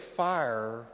fire